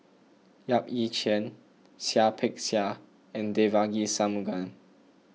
Yap Ee Chian Seah Peck Seah and Devagi Sanmugam